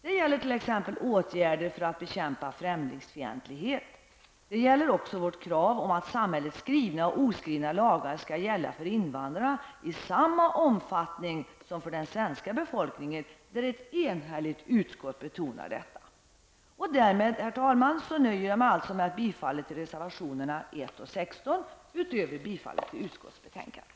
Det gäller t.ex. åtgärder för att bekämpa främlingsfientlighet. Det gäller också vårt krav om att samhällets skrivna och oskrivna lagar skall gälla för invandrarna i samma omfattning som för den svenska befolkningen. Ett enhälligt utskott betonar detta. Därmed, herr talman, nöjer jag mig alltså med att yrka bifall till reservationerna 1 och 16 utöver bifall till hemställan i utskottsbetänkandet.